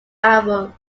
album